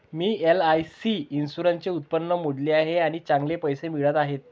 मी LIC इन्शुरन्सचे उत्पन्न मोजले आहे आणि चांगले पैसे मिळत आहेत